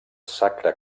sacre